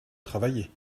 travailler